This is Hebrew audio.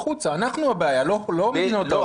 הכוונה שלו היא אך ורק למנוע את ההפגנות.